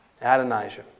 Adonijah